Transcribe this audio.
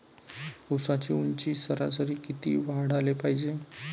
ऊसाची ऊंची सरासरी किती वाढाले पायजे?